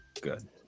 Good